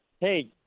Hey